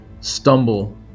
stumble